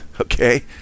okay